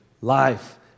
life